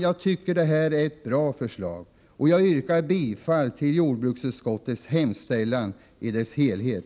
Jag tycker att detta är ett bra förslag, och jag yrkar bifall till jordbruksutskottets hemställan i dess helhet.